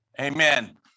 Amen